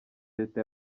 leta